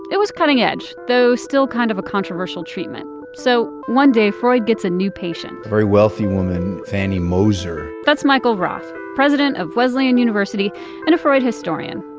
it was cutting edge, though still kind of a controversial treatment. so, one day freud gets a new patient a very wealthy woman, fanny moser that's michael roth, president of wesleyan university and a freud historian.